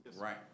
right